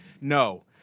No